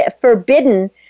forbidden